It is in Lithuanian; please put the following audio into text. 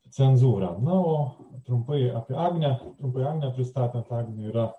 cenzūrą na o trumpai apie agnę trumpai agnę pristatant agnė yra